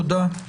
תודה.